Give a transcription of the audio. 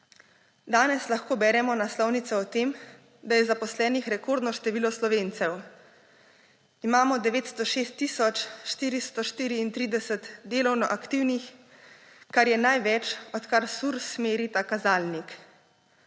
Danes lahko beremo naslovnico o tem, da je zaposlenih rekordno število Slovencev. Imamo 906 tisoč 434 delovno aktivnih, kar je največ, odkar Surs meri ta kazalnik.